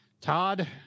Todd